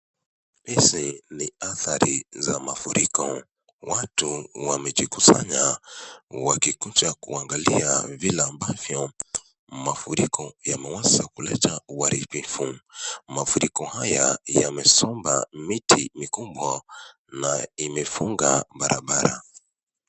Hizi ni athari za mafuriko. Watu wamejikusanya wakikuja kuangalia vile ambavyo mafuriko yameweza kuleta uharibifu. Mafuriko haya yamesomba miti mikubwa na imefunga barabara.